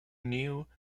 new